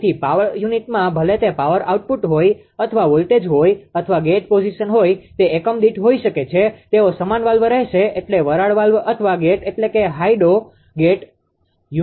તેથી પાવર યુનિટમાં ભલે તે પાવર આઉટપુટ હોય અથવા વોલ્ટેજ હોય અથવા ગેટ પોઝિશન હોય તે એકમ દીઠ હોઈ શકે છે તેઓ સમાન વાલ્વ રહેશે એટલે વરાળ વાલ્વ અથવા ગેટ એટલે કે હાઇડ્રો ગેટ